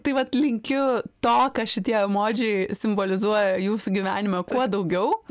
tai vat linkiu to ką šitie emodžiai simbolizuoja jūsų gyvenime kuo daugiau